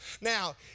Now